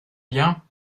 bien